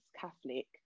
Catholic